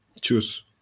choose